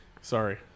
Sorry